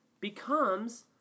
becomes